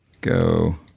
go